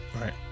Right